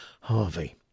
Harvey